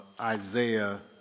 Isaiah